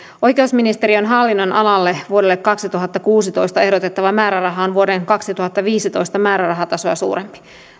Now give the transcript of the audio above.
oikeusministeriön hallinnonalalle vuodelle kaksituhattakuusitoista ehdotettava määräraha on vuoden kaksituhattaviisitoista määrärahatasoa suurempi